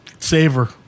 Savor